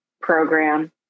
program